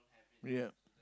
yup